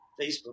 Facebook